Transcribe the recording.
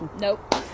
Nope